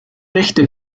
rechte